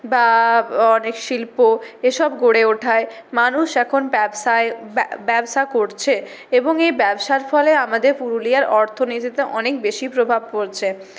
বা অনেক শিল্প এসব গড়ে ওঠায় মানুষ এখন ব্যবসায় ব্যবসা করছে এবং এই ব্যবসার ফলে আমাদের পুরুলিয়ার অর্থনীতিতে অনেক বেশি প্রভাব পড়ছে